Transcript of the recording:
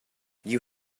you